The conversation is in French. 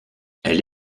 elle